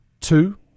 two